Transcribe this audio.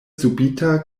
subita